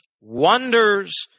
wonders